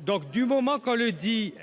donc, du moment qu'on le dit.